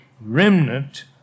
remnant